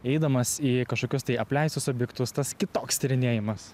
eidamas į kažkokius tai apleistus objektus tas kitoks tyrinėjimas